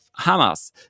Hamas